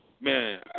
man